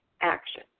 action